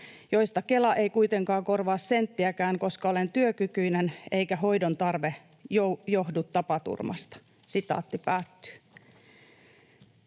joista Kela ei kuitenkaan korvaa senttiäkään koska olen työkykyinen eikä hoidon tarve johdu tapaturmasta.” ”Jos meiltä